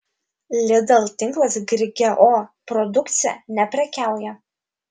lidl tinklas grigeo produkcija neprekiauja